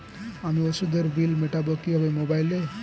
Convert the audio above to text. আমি ওষুধের বিল মেটাব কিভাবে মোবাইলে?